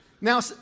Now